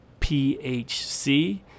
PHC